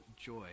joy